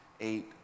eight